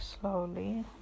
slowly